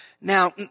Now